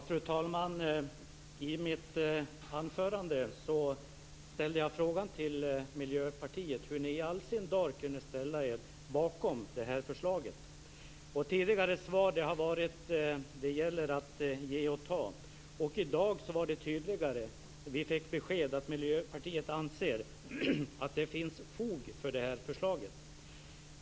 Fru talman! I mitt anförande ställde jag frågan till Miljöpartiet hur ni i all sin dar kunde ställa er bakom det här förslaget. Tidigare svar har varit att det gäller att ge och ta. I dag var det tydligare. Vi fick besked om att Miljöpartiet anser att det finns fog för det här förslaget.